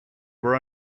were